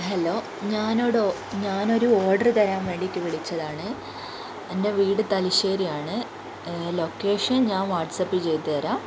hello ഞാനോടോ ഞാനൊരു order തരാൻ വേണ്ടീട്ട് വിളിച്ചതാണ് എൻ്റെ വീട് തലശ്ശേരിയാണ് ലൊക്കേഷൻ ഞാൻ വാട്സ്ആപ്പ് ചെയ്തു തരാം